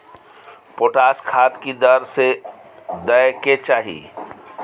Potash खाद की दर से दै के चाही?